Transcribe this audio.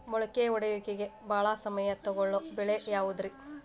ಮೊಳಕೆ ಒಡೆಯುವಿಕೆಗೆ ಭಾಳ ಸಮಯ ತೊಗೊಳ್ಳೋ ಬೆಳೆ ಯಾವುದ್ರೇ?